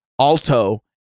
Alto